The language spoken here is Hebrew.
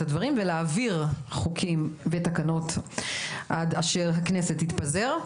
הדברים ולהעביר חוקים ותקנות עד אשר הכנסת תתפזר.